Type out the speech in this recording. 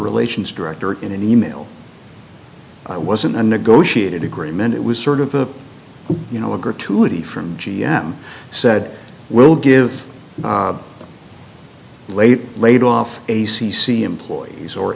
relations director in an e mail i wasn't a negotiated agreement it was sort of a you know a gratuity from g m said we'll give them late laid off a c c employees or